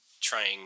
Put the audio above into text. trying